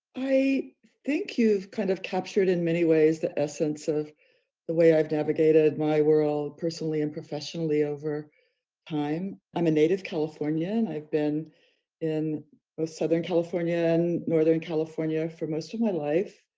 i think you've kind of captured in many ways, the essence of the way i've navigated my world personally, and professionally over time, i'm a native california, and i've been in both southern california and northern california for most of my life,